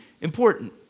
important